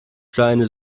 kleine